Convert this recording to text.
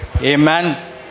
amen